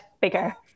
bigger